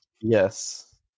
Yes